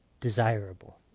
desirable